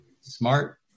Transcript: smart